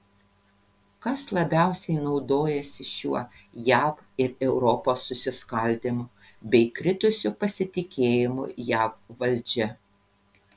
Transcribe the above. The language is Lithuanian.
kas labiausiai naudojasi šiuo jav ir europos susiskaldymu bei kritusiu pasitikėjimu jav valdžia